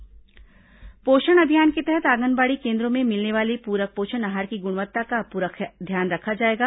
पोषण अभियान पोषण अभियान के तहत आंगनबाड़ी केन्द्रों में मिलने वाले पूरक पोषण आहार की गुणवत्ता का अब पूरा ध्यान रखा जाएगा